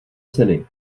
ceny